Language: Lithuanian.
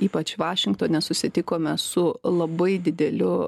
ypač vašingtone susitikome su labai dideliu